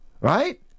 right